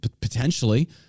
potentially